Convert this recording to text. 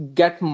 get